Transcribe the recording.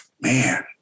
man